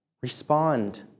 respond